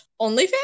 OnlyFans